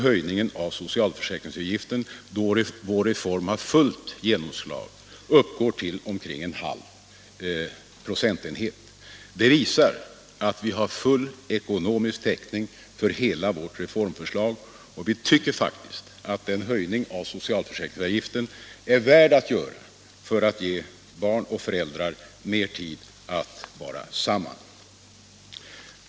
Höjningen av socialförsäkringsavgiften skulle då vår reform helt slagit igenom uppgå till omkring en halv procentenhet. Detta visar att vi har full ekononomisk täckning för hela vårt reformförslag, och vi tycker faktiskt att det är värt att genomföra den här höjningen av socialförsäkringsavgiften för att ge barn och föräldrar mer tid att vara tillsammans.